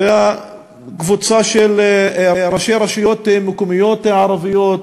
זו קבוצה של ראשי רשויות מקומיות ערביות,